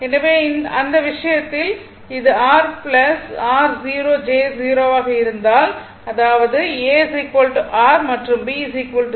எனவே அந்த விஷயத்தில் அது R r 0 j 0 ஆக இருந்தால் அதாவது a R மற்றும் b 0